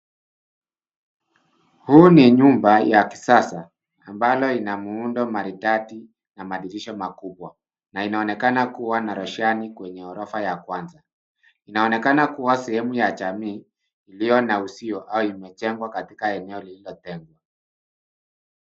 Huu ni nyumba ya kisasa ambalo ina muundo maridadi, na madirisha makubwa, na inaonekana kua na roshani kwenye ghorofa ya kwanza. Inaonekana kua sehemu ya jamii ilio na uzio au imejengwa katika eneo lililotengwa.